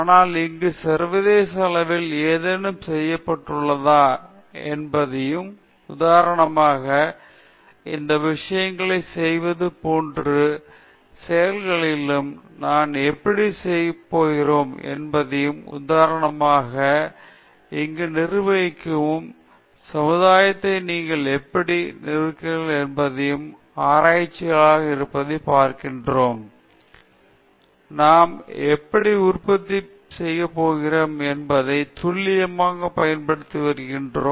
ஆனால் இங்கு சர்வதேச அளவில் ஏதேனும் செய்யப்பட்டுள்ளதா என்பதையும் உதாரணமாக இந்த விஷயங்களைப் செய்வது போன்ற செயல்களிலும் நாம் எப்படி வேலை செய்கிறோம் என்பதையும் உதாரணமாக கழிவுப்பொருட்களை சரியாக நிர்வகிக்கவும் சமுதாயத்தை நீங்கள் எப்படி நிர்வகிக்கிறீர்கள் என்பதையும் ஒரு ஆராய்ச்சியாளராக இருப்பதையும் நாம் எப்படி பார்க்கிறோம் நாம் எப்படி உற்பத்தி செய்கிறோம் என்பதைத் துல்லியமாக பயன்படுத்தி வருகிறோம்